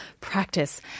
practice